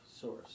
source